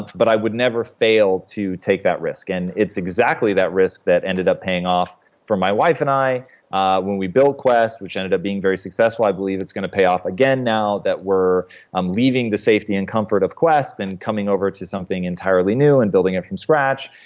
but i would never fail to take that risk. it's exactly that risk that ended up paying off for my wife and i ah when we built quest, which ended up being very successful. i believe it's going to pay off again now that we're um leaving the safety and comfort of quest, and coming over to something entirely new, and building it from scratch,